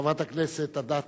לחברת הכנסת אדטו,